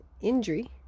injury